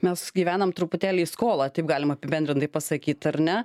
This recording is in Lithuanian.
mes gyvenam truputėlį į skolą taip galima apibendrintai pasakyt ar ne